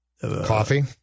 Coffee